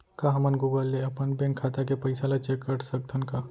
का हमन गूगल ले अपन बैंक खाता के पइसा ला चेक कर सकथन का?